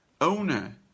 owner